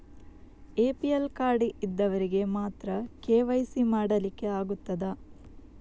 APL card ಇದ್ದವರಿಗೆ ಮಾತ್ರ KYC ಮಾಡಲಿಕ್ಕೆ ಆಗುತ್ತದಾ?